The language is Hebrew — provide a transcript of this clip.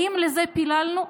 האם לזה פיללנו?